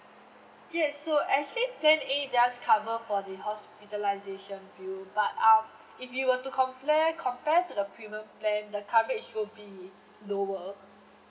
yes so actually plan A just cover for the hospitalisation bill but um if you were to compare compare to the premium plan the coverage will be lower